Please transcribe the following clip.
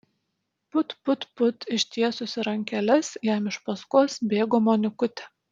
put put put ištiesusi rankeles jam iš paskos bėgo monikutė